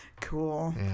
cool